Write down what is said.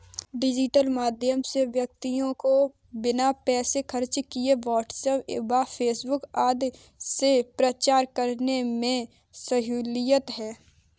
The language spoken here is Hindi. डिजिटल माध्यम से व्यक्ति को बिना पैसे खर्च किए व्हाट्सएप व फेसबुक आदि से प्रचार करने में सहूलियत है